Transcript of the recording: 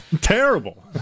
Terrible